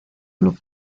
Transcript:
club